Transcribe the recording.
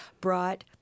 brought